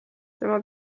tema